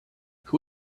who